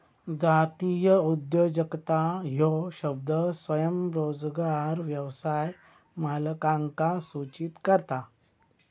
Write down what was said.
जातीय उद्योजकता ह्यो शब्द स्वयंरोजगार व्यवसाय मालकांका सूचित करता